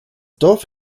dorf